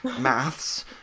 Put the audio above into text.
maths